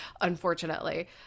unfortunately